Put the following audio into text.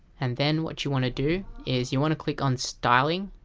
and then what you want to do is you want to click on styling,